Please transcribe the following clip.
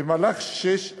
במהלך שש השנים,